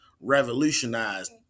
revolutionized